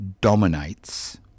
dominates